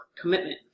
commitment